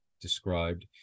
described